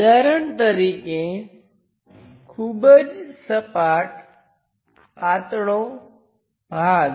ઉદાહરણ તરીકે ખૂબ જ સપાટ પાતળો ભાગ